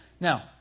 Now